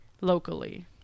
locally